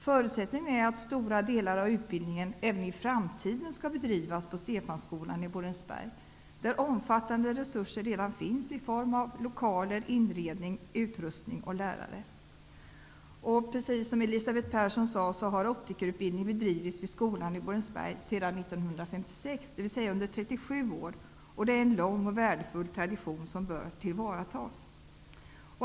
Förutsättningen är att stora delar av utbildningen även i framtiden skall bedrivas på Stefanskolan i Borensberg, där omfattande resurser redan finns i form av lokaler, inredning, utrustning och lärare. Precis som Elisabeth Persson sade har optikerutbildning bedrivits vid skolan i Borensberg sedan 1956, dvs. under 37 år. Det är en lång och värdefull tradition som bör tillvaratas.